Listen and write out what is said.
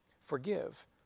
Forgive